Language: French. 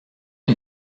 une